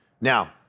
Now